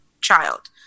child